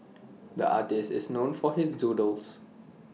the artist is known for his doodles